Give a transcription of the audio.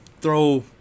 Throw